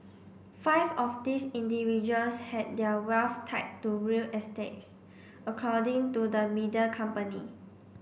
five of these individuals had their wealth tied to real estates according to the media company